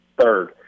Third